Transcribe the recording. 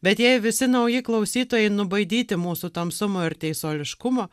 bet jei visi nauji klausytojai nubaidyti mūsų tamsumo ir teisuoliškumo